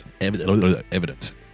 evidence